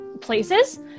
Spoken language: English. places